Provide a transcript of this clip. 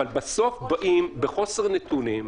אבל בסוף באים בחוסר נתונים,